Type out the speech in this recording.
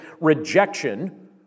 rejection